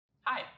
Hi